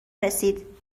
رسید